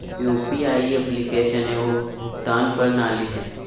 UPI application एगो भुगतान प्रणाली हइ